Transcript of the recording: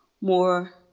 more